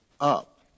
up